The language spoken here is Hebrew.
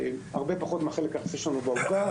הרבה פחות מן החלק היחסי שלנו בעוגה,